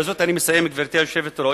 בזאת אני מסיים, גברתי היושבת-ראש,